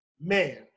Man